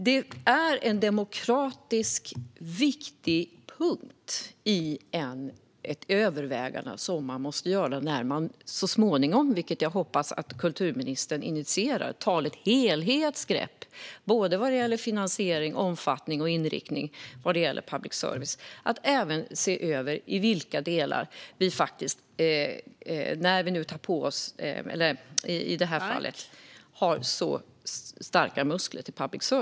Detta är en demokratiskt viktig punkt i ett övervägande som måste göras när man så småningom, vilket jag hoppas att kulturministern initierar, tar ett helhetsgrepp gällande finansiering, omfattning och inriktning för public service, som vi har gett så starka muskler.